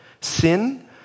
Sin